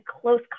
close